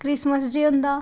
Christmas day होंदा